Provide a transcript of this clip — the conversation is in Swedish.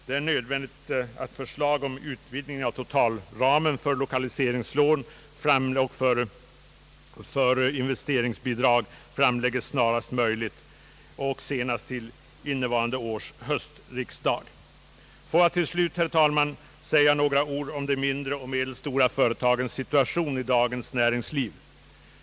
Det är nödvändigt att förslag om utvidgning av totalramen för lokaliseringslån och för investeringsbidrag framläggs snarast möjligt och senast till innevarande års höstriksdag. Herr talman! Låt mig slutligen säga några ord om de mindre och medelstora företagens situation i dagens näringsliv.